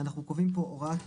ראשי לקבוע צו